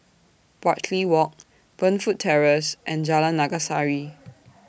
Bartley Walk Burnfoot Terrace and Jalan Naga Sari